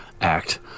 act